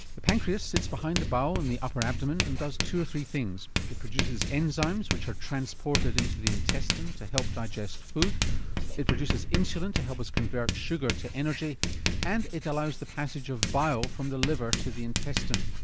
the pancreas sits behind the bowel in the upper abdomen and does two or three things. it produces enzymes which are transported into the intestine to help digest food it produces insulin to help us convert sugar to energy and it allows the passage of bile from the liver to the intestine.